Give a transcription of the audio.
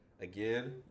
Again